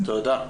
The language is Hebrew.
תודה.